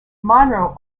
monroe